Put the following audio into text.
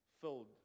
filled